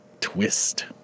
twist